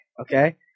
Okay